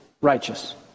righteous